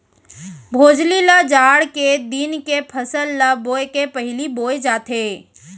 भोजली ल जाड़ के दिन के फसल ल बोए के पहिली बोए जाथे